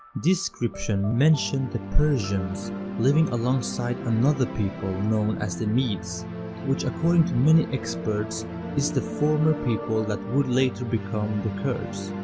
this scription mentioned the persians living alongside another people known as the medes which according to many experts is the former people that would later become the kurds.